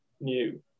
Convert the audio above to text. new